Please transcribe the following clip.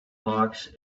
hawks